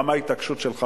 גם ההתעקשות שלך,